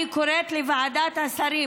אני קוראת לוועדת השרים,